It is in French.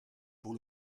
pour